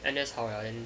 N_S 好 liao and then